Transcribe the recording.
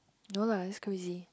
no lah that's crazy